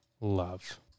Love